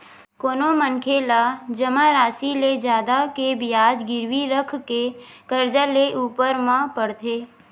कोनो मनखे ला जमा रासि ले जादा के बियाज गिरवी रखके करजा लेय ऊपर म पड़थे